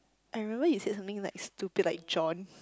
I remember you said something like stupid like John